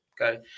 Okay